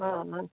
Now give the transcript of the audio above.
હા હા